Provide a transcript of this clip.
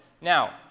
Now